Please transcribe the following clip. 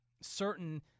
certain –